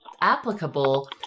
applicable